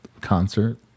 concert